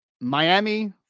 Miami